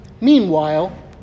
Meanwhile